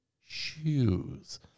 shoes